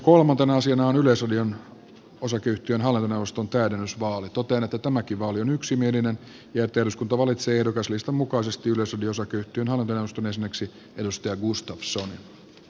totean että tämäkin vaali on osakeyhtiön ole noustu täydennysvaalitutena tota yksimielinen ja että eduskunta valitsee ehdokaslistan mukaisesti yleisradio oyn hallintoneuvoston jäseneksi jukka gustafssonin